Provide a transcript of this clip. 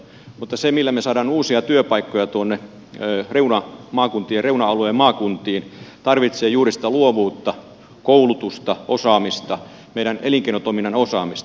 mutta se millä me saamme uusia työpaikkoja tuonne maakuntien reuna alueille maakuntiin tarvitsee juuri sitä luovuutta koulutusta osaamista meidän elinkeinotoiminnan osaamista